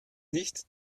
nicht